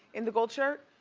in the gold shirt?